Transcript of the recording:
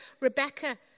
Rebecca